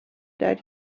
that